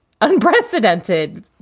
unprecedented